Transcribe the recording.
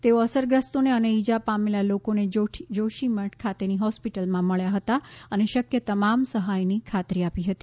તેઓ અસરગ્રસ્તોને અને ઇજા પામેલા લોકોને જોશીમઠ ખાતેની હોસ્પિટલમાં મળ્યા હતા અને શક્ય તમામ સહાયની ખાતરી આપી હતી